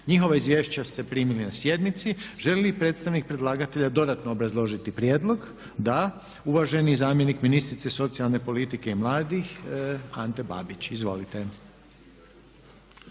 Njihova izvješća ste primili na sjednici. Želi li predstavnik predlagatelja dodatno obrazložiti prijedlog? Da. Uvaženi zamjenik ministrice socijalne politike i mladih Ante Babić. Izvolite.